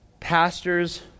Pastors